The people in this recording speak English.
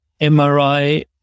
MRI